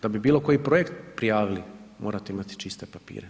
Da bi bilo koji projekt prijavili morate imati čiste papire.